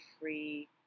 free